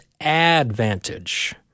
advantage